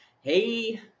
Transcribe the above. hey